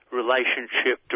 relationship